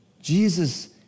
Jesus